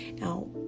Now